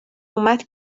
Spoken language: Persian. اومد